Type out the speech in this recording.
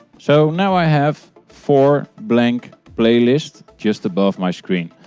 so now i have four blank playlist just above my screen.